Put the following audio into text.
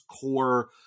core